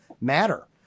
matter